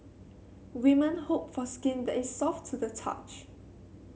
women hope for skin that is soft to the touch